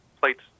plates